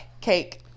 cake